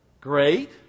Great